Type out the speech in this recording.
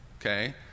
Okay